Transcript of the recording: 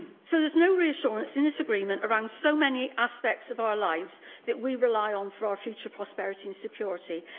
so, there's no reassurance in this agreement around so many aspects of our lives that we rely on for our future prosperity and security,